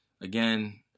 again